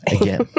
again